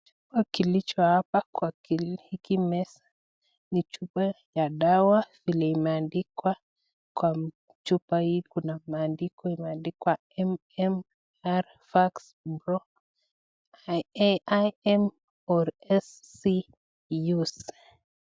Kilicho hapa kwa hiki meza ni chupa ya dawa, vile imeandikwa kwa chupa hii kuna maandiko imeandikwa MMR vacc bro aim or sc use .